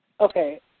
Okay